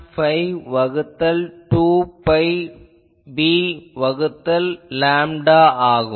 5 வகுத்தல் 2 pi b வகுத்தல் lambda ஆகும்